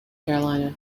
carolina